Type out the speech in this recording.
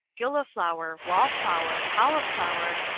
gilliflower, wall flower, cauliflower,